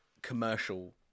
commercial